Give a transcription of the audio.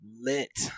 lit